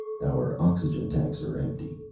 our oxygen tanks are empty,